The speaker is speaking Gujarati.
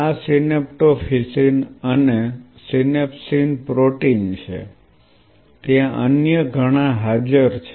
આ સિનેપ્ટોફિસિન અને સિનેપ્સીન પ્રોટીન છે ત્યાં અન્ય ઘણા હાજર છે